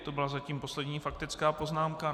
To byla zatím poslední faktická poznámka.